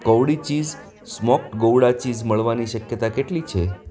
કૌળી cheese smoked gouda cheese મળવાની શક્યતા કેટલી છે